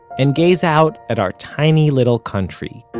and gaze out at our tiny little country.